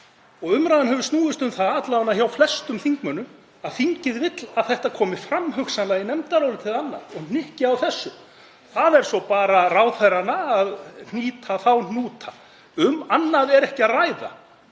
og umræðan hefur snúist um það alla vega hjá flestum þingmönnum, en að þingið vill að þetta komi fram, hugsanlega í nefndaráliti eða annars staðar, og að hnykkt sé á þessu. Það er svo bara ráðherranna að hnýta þá hnúta. Um annað er ekki að ræða.